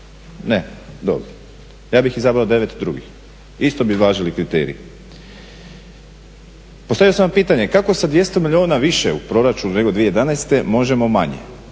Ne. Dobro. Ja bih izabrao 9 drugih. Isto bi važili kriteriji. Postavio sam vam pitanje, kako sa 200 milijuna više u proračunu nego 2011. možemo manje?